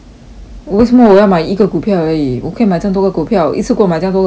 我为什么我要买一个股票而已我可以买这样多个股票一次过买这样多个股票